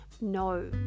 no